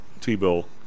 T-bill